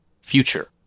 Future